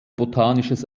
botanisches